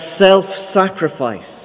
self-sacrifice